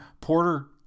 Porter